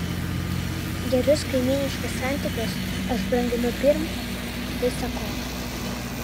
gerus kaimyniškus santykius aš branginu pirm visa ko